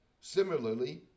Similarly